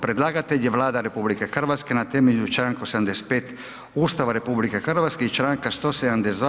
Predlagatelj je Vlada RH na temelju čl. 85 Ustava RH i čl. 172.